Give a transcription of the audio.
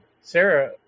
sarah